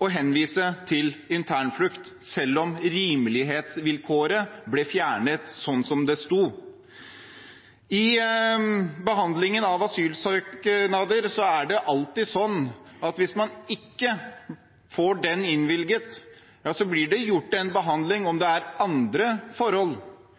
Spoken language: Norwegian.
å henvise til internflukt selv om rimelighetsvilkåret ble fjernet slik det sto. I behandlingen av asylsøknader er det alltid sånn at hvis man ikke får søknaden innvilget, blir det gjort en vurdering av om det er andre forhold